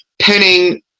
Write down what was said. pinning